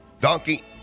Donkey